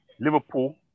Liverpool